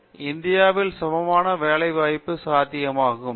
இன்று இந்தியாவில் சமமான வேலைகள் சாத்தியமாகும்